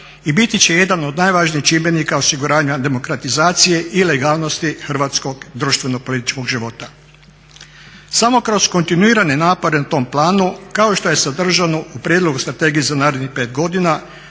i biti će jedan od najvažnijih čimbenika osiguranja demokratizacije i legalnosti hrvatskog društveno-političkog života. Samo kroz kontinuirane napore na tom planu kao što je sadržano u prijedlogu strategije za narednih pet godina